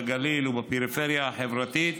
בגליל ובפריפריה החברתית,